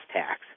tax